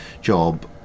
job